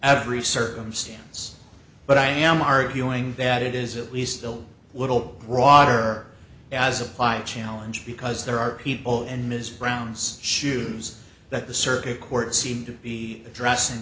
every circumstance but i am arguing that it is that we still little broader as a five challenge because there are people and ms brown's shoes that the circuit court seemed to be addressing